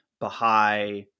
Baha'i